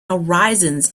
horizons